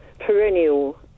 perennial